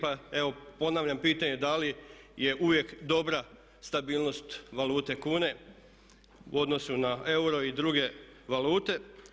Pa evo ponavljam pitanje da li je uvijek dobra stabilnost valute kune u odnosu na euro i druge valute?